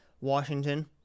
Washington